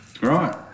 Right